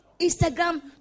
Instagram